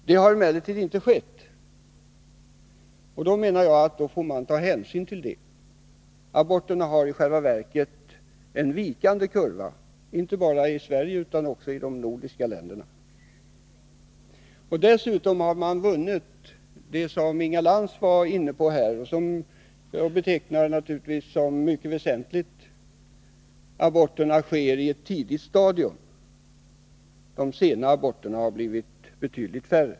Det har emellertid inte skett, och då menar jag att man får ta hänsyn till det. Aborterna har i själva verket en vikande kurva, inte bara i Sverige utan också i de övriga nordiska länderna. Dessutom har man vunnit det som Inga Lantz var inne på och som naturligtvis är mycket väsentligt, nämligen att aborterna sker i ett tidigt stadium. De sena aborterna har blivit betydligt färre.